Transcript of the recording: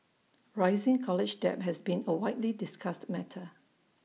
rising college debt has been A widely discussed matter